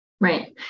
Right